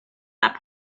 that